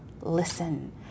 listen